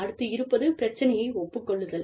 அடுத்து இருப்பது பிரச்சனையை ஒப்புக் கொள்ளுதல்